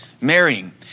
Marrying